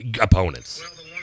opponents